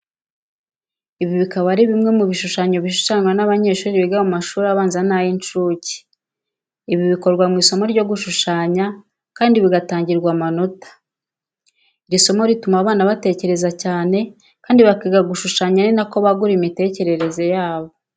Ibi bikaba ari bimwe mu bishushanyo bishushanywa n'abanyeshuri biga mu mashuri abanza n'ay'incuke. Ibi bikorwa mu isomo ryo gushushanya kandi bigatangirwa amanota. Iri somo rituma abana batekereza cyane, bakiga gishushanya ari na ko bagura imitekerereze yabo.